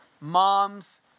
moms